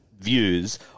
views